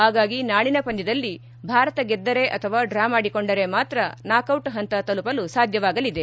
ಹಾಗಾಗಿ ನಾಳಿನ ಪಂದ್ದದಲ್ಲಿ ಭಾರತ ಗೆದ್ದರೇ ಅಥವಾ ಡ್ರಾ ಮಾಡಿಕೊಂಡರೇ ಮಾತ್ರ ನಾಕ್ ಹಂತ ತಲುಪಲು ಸಾಧ್ಯವಾಗಲಿದೆ